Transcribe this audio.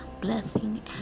blessing